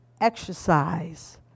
exercise